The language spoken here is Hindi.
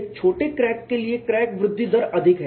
एक छोटे क्रैक के लिए क्रैक वृद्धि दर अधिक है